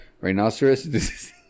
Rhinoceros